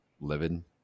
living